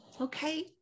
Okay